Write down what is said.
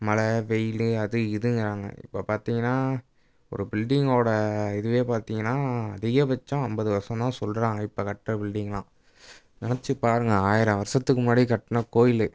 மழை வெயில் அது இதுங்கிறாங்க இப்போ பார்த்தீங்கன்னா ஒரு பில்டிங் ஓட இதுவே பார்த்தீங்கன்னா அதிகபட்சம் ஐம்பது வருஷம் தான் சொல்கிறாங்க இப்போ கட்டுற பில்டிங்குலாம் நெனைச்சி பாருங்கள் ஆயிரம் வருஷத்துக்கு முன்னாடி கட்டின கோவிலு